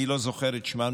אני לא זוכר את שמה,